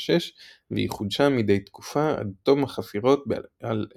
1936 והיא חודשה מדי תקופה עד תום החפירות ב-1940.